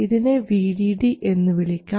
ഇതിനെ VDD എന്ന് വിളിക്കാം